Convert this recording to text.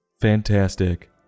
fantastic